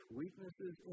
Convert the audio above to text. weaknesses